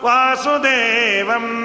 Vasudevam